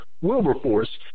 wilberforce